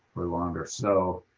or longer. so